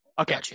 Okay